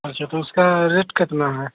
अच्छा तो उसका रेट कितना है